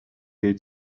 due